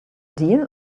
deal